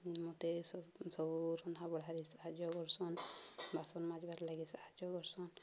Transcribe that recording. ମୋତେ ସବୁ ସବୁ ରନ୍ଧା ବଢ଼ାରେ ସାହାଯ୍ୟ କର୍ସନ୍ ବାସନ୍ ମାଜ୍ବାର୍ ଲାଗି ସାହାଯ୍ୟ କର୍ସନ୍